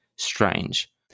Strange